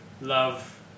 love